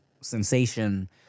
sensation